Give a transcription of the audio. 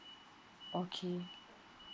okay